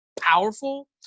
powerful